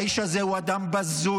האיש הזה הוא אדם בזוי,